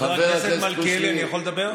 חבר הכנסת מלכיאלי, אני יכול לדבר?